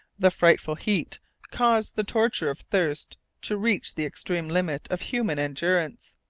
the frightful heat caused the torture of thirst to reach the extreme limit of human endurance,